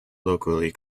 locally